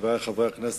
חברי חברי הכנסת,